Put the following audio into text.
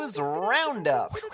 Roundup